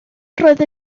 roedd